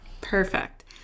Perfect